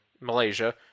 Malaysia